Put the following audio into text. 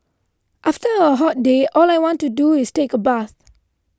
after a hot day all I want to do is take a bath